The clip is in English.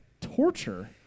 torture